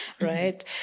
right